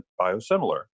biosimilar